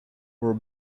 were